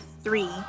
three